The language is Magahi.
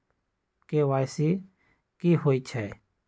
के.वाई.सी कि होई छई?